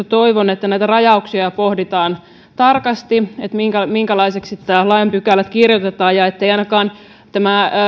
toivon että valiokuntakäsittelyssä näitä rajauksia pohditaan tarkasti sitä minkälaiseksi tämä lain pykälä kirjoitetaan jottei tämä